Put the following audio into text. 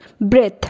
breath